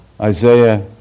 Isaiah